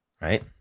right